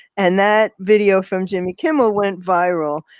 and that video from jimmy kimmel went viral.